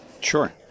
Sure